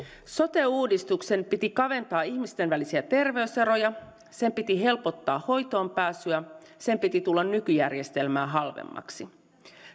sote uudistuksen piti kaventaa ihmisten välisiä terveyseroja sen piti helpottaa hoitoonpääsyä sen piti tulla nykyjärjestelmää halvemmaksi